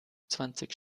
zwanzig